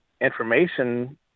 information